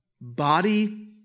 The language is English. body